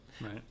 right